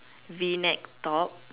V necked top